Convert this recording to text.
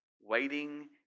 Waiting